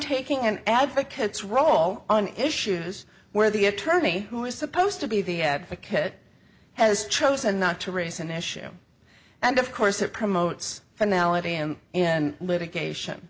taking and advocates role on issues where the attorney who is supposed to be the advocate has chosen not to raise an issue and of course it promotes finality i'm in litigation